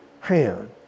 hand